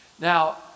now